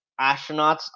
astronauts